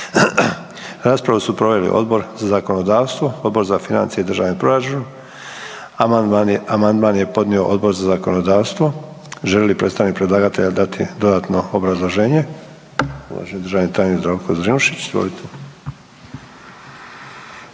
Raspravu su proveli Odbor za zakonodavstvo, Odbor za financije i državni proračun. Amandman je podnio Odbor za zakonodavstvo. Želi li predstavnik predlagatelja dati dodatno obrazloženje? Uvaženi državni tajnik Zdravko Zrinušić,